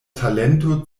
talento